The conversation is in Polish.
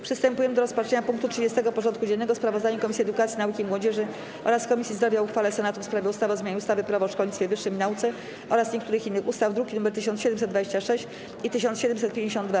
Przystępujemy do rozpatrzenia punktu 30. porządku dziennego: Sprawozdanie Komisji Edukacji, Nauki i Młodzieży oraz Komisji Zdrowia o uchwale Senatu w sprawie ustawy o zmianie ustawy - Prawo o szkolnictwie wyższym i nauce oraz niektórych innych ustaw (druki nr 1726 i 1752)